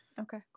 Okay